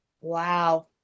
wow